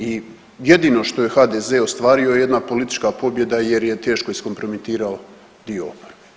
I jedino što je HDZ ostvario je jedna politička pobjeda jer je teško iskompromitirao dio oporbe.